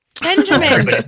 Benjamin